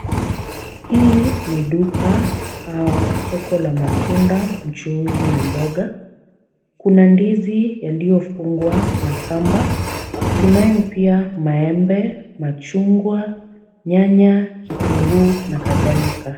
Hii duka au soko la matunda, mchuuzi na mboga, kuna ndizi yaliyofungwa na kamba, tunayo pia maembe, machungwa, nyanya, kitunguu na kadhalika.